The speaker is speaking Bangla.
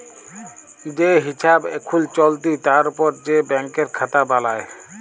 যে হিছাব এখুল চলতি তার উপর যে ব্যাংকের খাতা বালাই